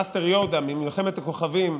מאסטר יודה ממלחמת הכוכבים.